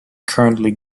currently